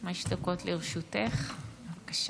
בבקשה, חמש דקות לרשותך, בבקשה.